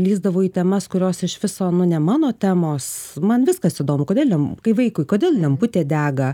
lįsdavau į temas kurios iš viso nu ne mano temos man viskas įdomu kodėl jum kaip vaikui kodėl lemputė dega